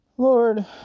Lord